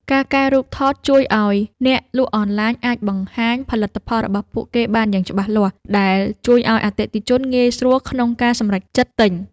ការកែរូបថតជួយឱ្យអ្នកលក់អនឡាញអាចបង្ហាញផលិតផលរបស់ពួកគេបានយ៉ាងច្បាស់លាស់ ដែលជួយឱ្យអតិថិជនងាយស្រួលក្នុងការសម្រេចចិត្តទិញ។